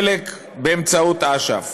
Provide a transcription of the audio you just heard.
חלק באמצעות אש"ף.